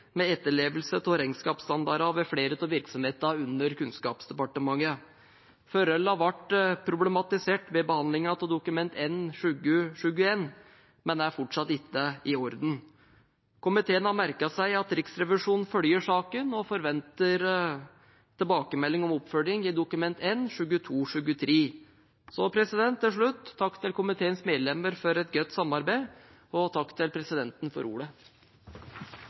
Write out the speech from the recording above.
med etterlevelse av regnskapsstandardene ved flere av virksomhetene under Kunnskapsdepartementet. Forholdene ble problematisert ved behandlingen av Dokument 1 for 2020–2021, men er fortsatt ikke i orden. Komiteen har merket seg at Riksrevisjonen følger saken og forventer tilbakemelding om oppfølgingen i Dokument 1 for 2022–2023. Til slutt: Takk til komiteens medlemmer for et godt samarbeid, og takk til presidenten for ordet.